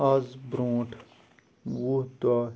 آز بروںٛٹھ وُہ دۄہ